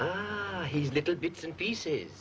so he's little bits and pieces